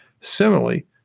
Similarly